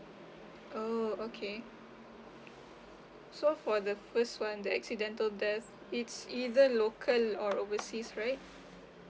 oh okay so for the first one the accidental death it's either local or overseas right